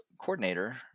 coordinator